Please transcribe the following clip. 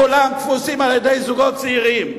כולם תפוסים על-ידי זוגות צעירים.